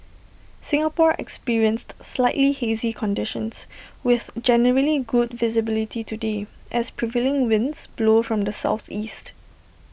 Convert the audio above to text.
Singapore experienced slightly hazy conditions with generally good visibility today as prevailing winds blow from the Southeast